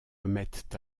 remettent